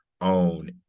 own